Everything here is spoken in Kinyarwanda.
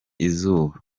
izuba